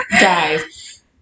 Guys